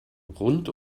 rund